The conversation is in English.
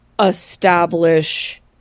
establish